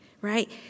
right